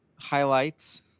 highlights